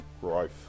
growth